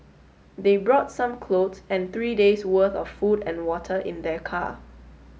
they brought some clothes and three days worth of food and water in their car